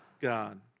God